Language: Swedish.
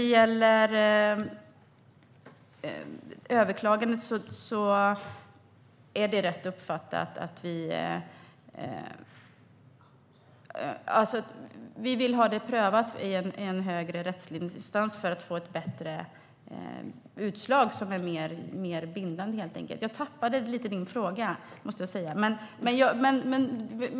I frågan om överklagandet är det rätt uppfattat att vi vill ha detta prövat i en högre rättslig instans för att få ett bättre och mer bindande utslag. Jag tappade din fråga lite grann, måste jag säga.